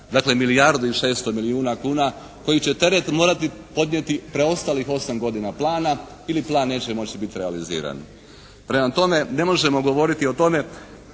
dakle milijardu i 600 milijuna kuna koji će teret morati podnijeti preostalih osam godina plana ili plan neće moći biti realiziran. Prema tome ne možemo govoriti o tome